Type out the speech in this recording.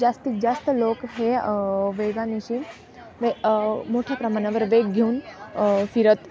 जास्तीत जास्त लोक हे वेगांनिशी वे मोठ्या प्रमाणावर वेग घेऊन फिरत